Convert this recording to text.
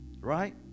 right